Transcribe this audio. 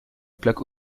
plaque